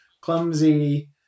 clumsy